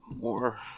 more